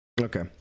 Okay